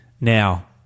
Now